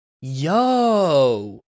Yo